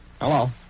Hello